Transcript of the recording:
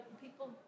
people